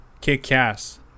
Kick-Ass